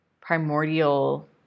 primordial